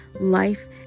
life